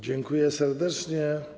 Dziękuję serdecznie.